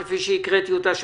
כפי שהקראתי אותה,